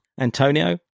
Antonio